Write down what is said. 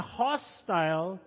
hostile